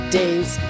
days